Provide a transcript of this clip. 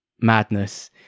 madness